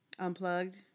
Unplugged